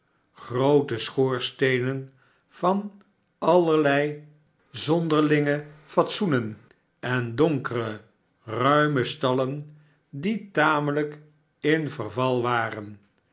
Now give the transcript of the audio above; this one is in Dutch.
groote schoorsteenen van allerlei zonderlinge fatsoenen en donkere ruime stallen die tamelijk in verval war